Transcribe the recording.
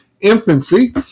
infancy